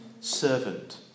servant